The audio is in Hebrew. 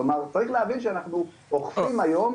כלומר, צריך להבין שאנחנו אוכפים היום